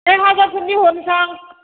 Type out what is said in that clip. एक हाजारफोरनि हरनोसां